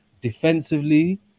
defensively